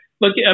look